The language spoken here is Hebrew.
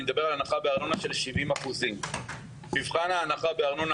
אני מדבר על הנחה בארנונה של 70%. מבחן ההנחה בארנונה